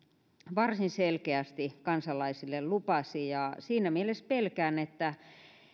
varsin selkeästi kansalaisille lupasi siinä mielessä pelkään että